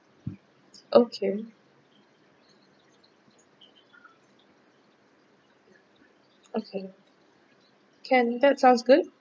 okay okay can that's sounds good